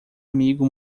amigo